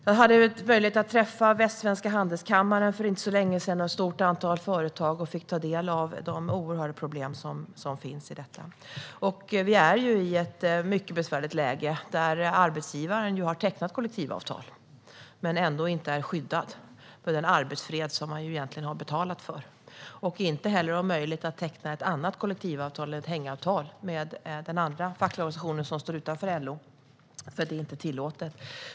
Jag hade möjlighet att träffa Västsvenska Handelskammaren och ett stort antal företag för inte så länge sedan och fick ta del av de oerhörda problem som finns i detta. Vi är i ett mycket besvärligt läge. Arbetsgivaren har tecknat kollektivavtal men är ändå inte skyddad med den arbetsfred som man egentligen har betalat för. Man har inte heller möjlighet att teckna ett annat kollektivavtal eller ett hängavtal med den andra fackliga organisationen, som står utanför LO, för det är inte tillåtet.